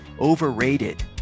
overrated